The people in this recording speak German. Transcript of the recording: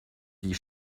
die